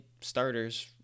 starters